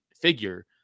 figure